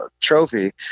trophy